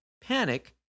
panic